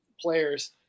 players